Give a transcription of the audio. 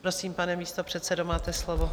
Prosím, pane místopředsedo, máte slovo.